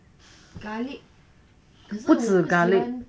不止 garlic